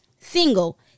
single